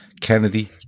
Kennedy